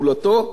ואני,